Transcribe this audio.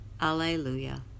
Alleluia